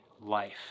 life